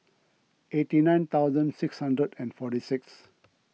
eighty nine thousand six hundred and forty six